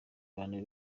abantu